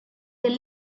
they